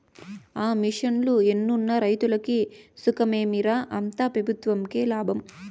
ఆ మిషన్లు ఎన్నున్న రైతులకి సుఖమేమి రా, అంతా పెబుత్వంకే లాభం